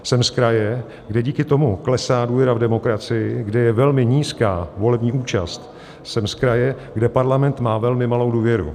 Jsem z kraje, kde díky tomu klesá důvěra v demokracii, kde je velmi nízká volební účast, jsem z kraje, kde Parlament má velmi malou důvěru.